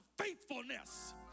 faithfulness